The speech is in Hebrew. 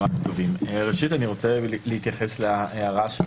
ראשית אני רוצה להתייחס להערה שלך,